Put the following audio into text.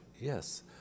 yes